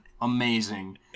amazing